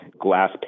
glass